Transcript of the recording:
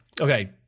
Okay